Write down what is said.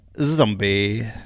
zombie